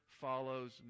follows